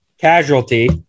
Casualty